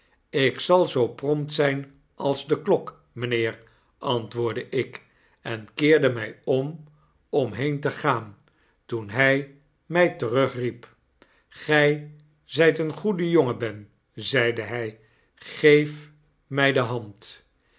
ik zal zoo prompt zfln als de klok mynheer antwoordde ik en keerde my om om heen te gaan toen hij mjj terugriep grtj zljt een goede jongen ben zeide hy geef mtj de hand